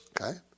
Okay